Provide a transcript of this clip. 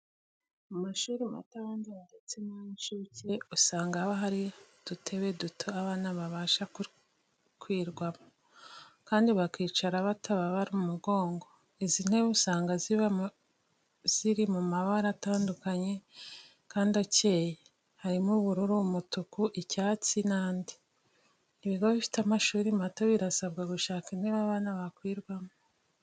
Mu mashuri mato abanza ndetse n'ay'incuke usanga haba hari udutebe duto abana babasha gukwirwamo, kandi bakicara batababara umugongo. Izi ntebe usanga ziba ziri mu mabara atandukanye kandi akeye, harimo ubururu, umutuku, icyatsi, ndetse n'andi. Ibigo bifite amashuri mato birasabwa gushaka intebe abana bakwiramo.